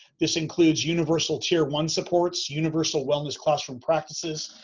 this includes universal tier one supports, universal wellness classroom practices,